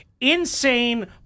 insane